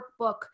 workbook